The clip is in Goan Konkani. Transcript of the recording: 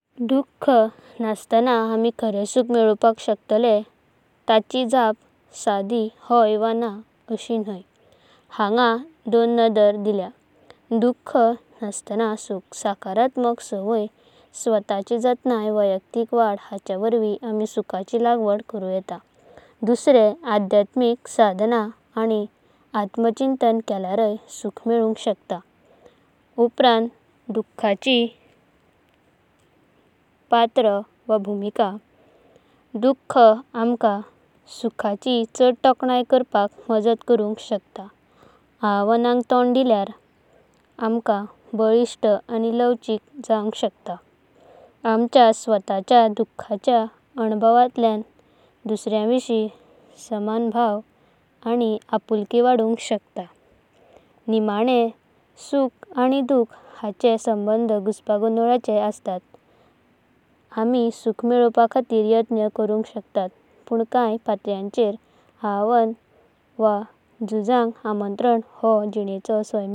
दुख नसताना आम्ही खरे सुख मेळवांका शकतले? ताची जप साधी हो वा ना अशी न्हया। हांगा दोन नादरा दिल्या दुख नसताना सुख। सकारात्मक संवाद, स्वताची जतनाया। व्यक्तिगत वाद हांचे वरवी आम्ही सुखाची लागवड करू येता। आध्यात्मिक साधना आनी आत्मचिंतन केल्यारया सुख मेळोवूंका शकता। दुखाची पात्र वा भूमिका। दुख आम्हका सुखाची चाद ठोकणया कारणका मजा करुंक शकता। आव्हानक ठोण दिलेयर केल्यार आम्हका बळिष्ट आणि लवाचिक जावंका शकता। आमच्या स्वताच्या दुखाच्या अनुभवांतल्याना दुसरेया विषीं समनभाव आणी आपूळकी वाढूंका शकता। नियमानं सुख आणी दुख हांचो सम्बन्ध गुसापागोंडळाचे असता। आम्ही सुख मेळवापा खातीर यत्ना करुंका शकतत। पण काण्या पटलेचेरा आव्हान वा जूझूंका आमंत्रण हो जिनेंचो साईंका भाग आसूं येता।